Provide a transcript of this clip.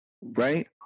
right